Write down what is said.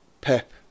Pep